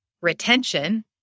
retention